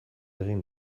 egin